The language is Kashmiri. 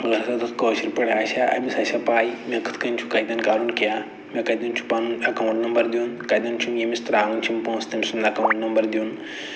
اَگر ہسا تَتھ کٲشِرۍ پٲٹھۍ آسہِ ہہ أمِس آسہِ ہہ پَے مےٚ کِتھ کَنہِ چھُ کَتٮ۪ن کَرُن کیٛاہ مےٚ کَتٮ۪ن چھُ پَنُن اٮ۪کاوُنٛٹ نمبر دیُن کَتٮ۪ن چھِم ییٚمِس ترٛاوٕنۍ چھِم پۄنٛسہٕ تٔمۍ سُنٛد اٮ۪کاوٕنٹ نمبر دیُن